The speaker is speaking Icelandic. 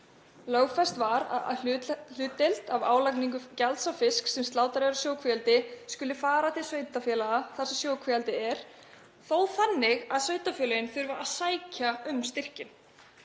Lögfest var að hlutdeild af álagningu gjalds á fisk sem slátrað er í sjókvíaeldi skuli fara til sveitarfélaga þar sem sjókvíaeldið er, þó þannig að sveitarfélögin þurfa að sækja um styrkinn.